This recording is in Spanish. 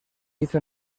hizo